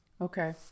okay